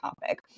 topic